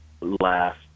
last